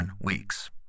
weeks